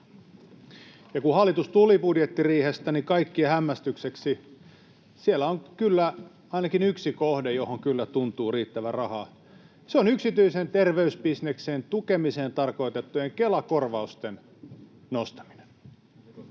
Ja kun hallitus tuli budjettiriihestä, niin kaikkien hämmästykseksi siellä on ainakin yksi kohde, johon kyllä tuntuu riittävän rahaa. Se on yksityisen terveysbisneksen tukemiseen tarkoitettujen Kela-korvausten nostaminen.